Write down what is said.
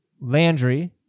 Landry